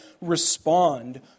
respond